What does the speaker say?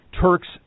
Turks